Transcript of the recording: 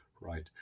right